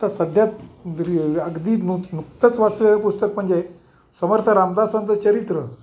आता सध्या त अगदी नुक नुकतंच वाचलेल पुस्तक म्हणजे समर्थ रामदासांचं चरित्र